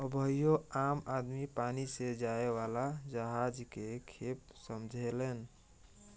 अबहियो आम आदमी पानी से जाए वाला जहाज के खेप समझेलेन